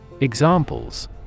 Examples